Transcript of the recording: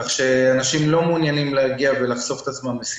כך שאנשים לא מעוניינים להגיע ולחשוף את עצמם לסיכון.